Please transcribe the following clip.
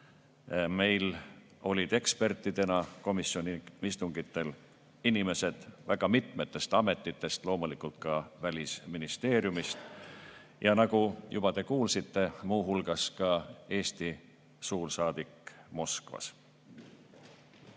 Meil olid ekspertidena komisjoni istungitel inimesed väga mitmetest ametitest, loomulikult ka Välisministeeriumist, ja nagu te kuulsite, muu hulgas Eesti suursaadik